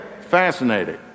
Fascinating